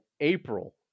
april